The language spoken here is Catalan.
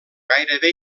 gairebé